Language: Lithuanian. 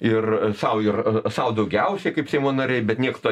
ir sau ir sau daugiausiai kaip seimo nariai bet nieks to